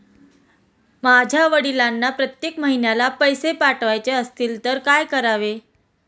माझ्या वडिलांना प्रत्येक महिन्याला पैसे पाठवायचे असतील तर काय करावे?